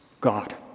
God